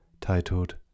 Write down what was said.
titled